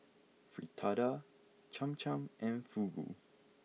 Fritada Cham Cham and Fugu